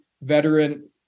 veteran